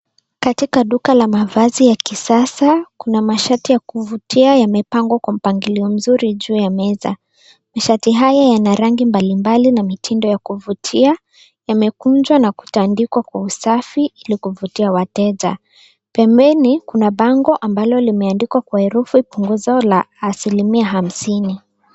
Katika duka la mavazi ya kisasa, kuna mashati ya kuvutia yamepangwa kwa mpangilio mzuri juu ya meza. Mashati haya yana rangi mbalimbali na mitindo ya kuvutia, yamekunjwa na kutandikwa kwa usafi ili kuvutia wateja. Pembeni kuna bango ambalo limeandikwa kwa herufi punguzo la asilimia hamsini.